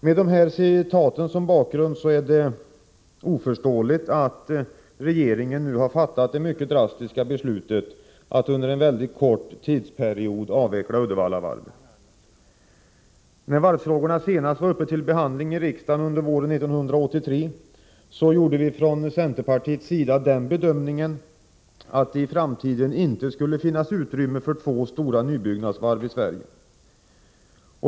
Med de här citaten som bakgrund är det för mig oförståeligt att regeringen nu har fattat det mycket drastiska beslutet att under en väldigt kort tidsperiod avveckla Uddevallavarvet. När varvsfrågorna senast var uppe till behandling i riksdagen under våren 1983 gjorde vi från centerpartiets sida den bedömningen att det i framtiden inte skulle finnas utrymme för två stora nybyggnadsvarv i Sverige.